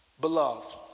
Beloved